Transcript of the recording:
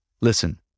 listen